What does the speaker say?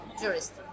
Jurist